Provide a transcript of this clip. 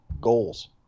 goals